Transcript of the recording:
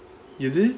you did